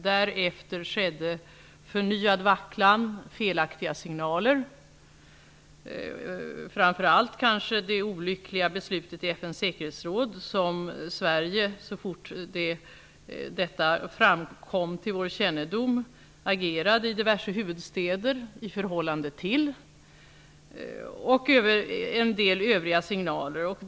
Därefter blev det en förnyad vacklan och felaktiga signaler. Framför allt gäller det de olyckliga beslut som fattades i FN:s säkerhetsråd, vilket så fort det kom till Sveriges kännedom ledde till att Sverige agerade i diverse huvudstäder. Det kan även ha varit fråga om en del övriga signaler.